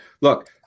look